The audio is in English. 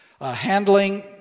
handling